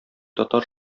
татар